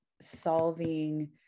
solving